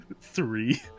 Three